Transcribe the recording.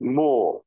more